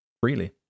freely